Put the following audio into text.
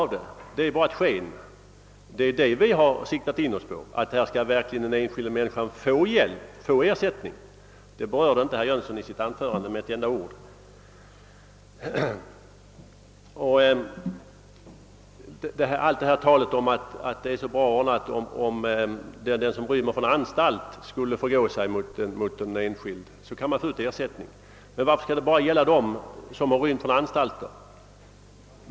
Då blir lagstiftningen bara ett sken. Det vi har siktat in oss på är att den enskilda människan verkligen skall erhålla hjälp och ersättning, men detta berörde inte herr Jönsson med ett enda ord i sitt anförande. Allt tal om att det är så bra ordnat — d.v.s. att den som misshandlats av en person som rymt från anstalt skulle kunna utfå ersättning — stämmer inte med verkligheten. Varför skall bestämmelsen bara gälla när individer har rymt från anstalter?